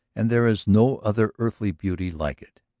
and there is no other earthly beauty like it.